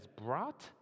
brought